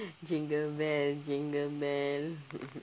jingle bell jingle bell